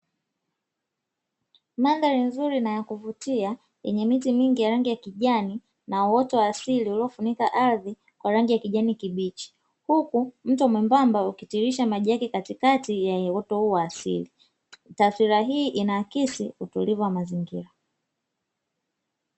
Mandhari nzuri na yakuvutia yenye miti mingi ya rangi ya kijani na uto wa asili uliofunika ardhi kwa rangi ya kijani kibichi, huku mto mwembamba ukitiririsha maji yake katikati ya uoto huu wa asili taswira hii inaakisi utulivu wa mazingira.